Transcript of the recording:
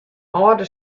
âlder